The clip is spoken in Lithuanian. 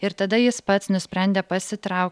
ir tada jis pats nusprendė pasitraukt